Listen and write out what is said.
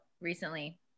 recently